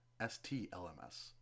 STLMS